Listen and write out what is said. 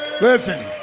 Listen